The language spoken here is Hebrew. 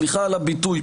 סליחה על הביטוי,